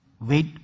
wait